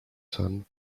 son